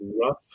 Rough